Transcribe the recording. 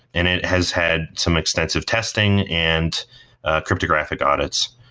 and it has had some extensive testing and cryptographic audits.